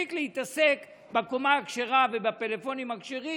תפסיק להתעסק בקומה הכשרה ובפלאפונים הכשרים.